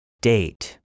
Date